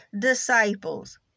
disciples